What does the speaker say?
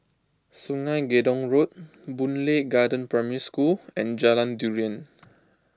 Sungei Gedong Road Boon Lay Garden Primary School and Jalan Durian